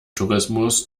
tourismus